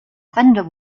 fender